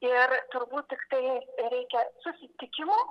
ir turbūt tiktai reikia susitikimų